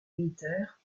militaire